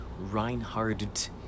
Reinhardt